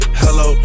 hello